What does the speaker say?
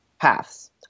paths